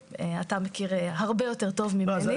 אתה מכיר הרבה יותר טוב ממני.